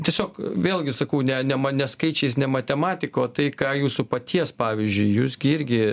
tiesiog vėlgi sakau ne ne ma ne skaičiais ne matematika o tai ką jūsų paties pavyzdžiui jūs gi irgi